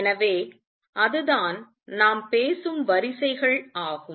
எனவே அதுதான் நாம் பேசும் வரிசைகள் ஆகும்